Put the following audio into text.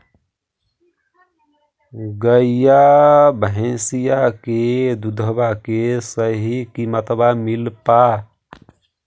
गईया भैसिया के दूधबा के सही किमतबा मिल पा?